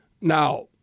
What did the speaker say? Now